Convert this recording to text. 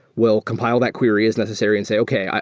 will compile that query as necessary and say, okay,